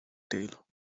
tail